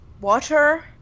water